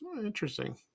Interesting